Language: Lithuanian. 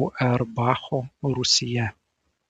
auerbacho rūsyje